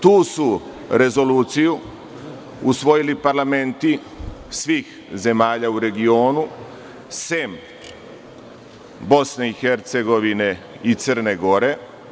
Tu su rezoluciju usvojili parlamenti svih zemalja u regionu, sem BiH i Crne Gore.